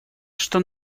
что